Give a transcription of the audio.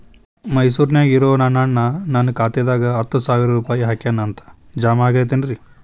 ಮೈಸೂರ್ ನ್ಯಾಗ್ ಇರೋ ನನ್ನ ಅಣ್ಣ ನನ್ನ ಖಾತೆದಾಗ್ ಹತ್ತು ಸಾವಿರ ರೂಪಾಯಿ ಹಾಕ್ಯಾನ್ ಅಂತ, ಜಮಾ ಆಗೈತೇನ್ರೇ?